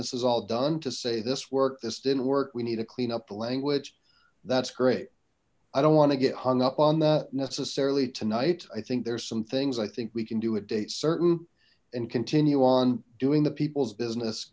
this is all done to say this work this didn't work we need to clean up the language that's great i don't want to get hung up on that necessarily tonight i think there's some things i think we can do a date certain and continue on doing the people's business